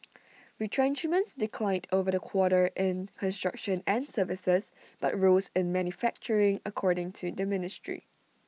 retrenchments declined over the quarter in construction and services but rose in manufacturing according to the ministry